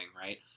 right